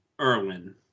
Erwin